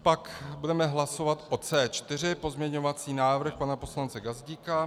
Pak budeme hlasovat o C4 pozměňovací návrh pana poslance Gazdíka.